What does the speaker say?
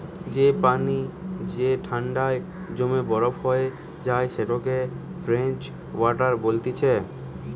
যে পানি যে ঠান্ডায় জমে বরফ হয়ে যায় সেটাকে ফ্রোজেন ওয়াটার বলতিছে